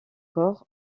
corps